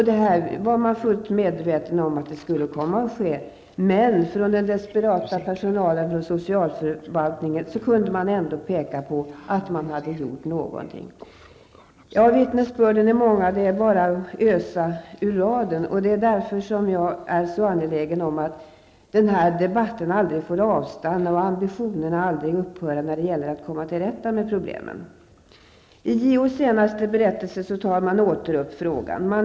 Det här var man fullt medveten om skulle komma att ske, men den desperata personalen på socialförvaltningen kunde ändå peka på att man hade gjort någonting. Ja, vittnesbörden är många. Det är bara att ösa ur raden. Det är därför som jag är så angelägen om att den här debatten aldrig får avstanna och ambitionerna aldrig upphöra när det gäller att komma till rätta med problemen. I sin senaste berättelse tar JO åter upp frågan om LVU-vården.